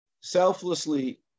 selflessly